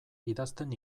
idazten